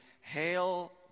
hail